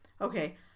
okay